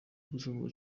usanzwe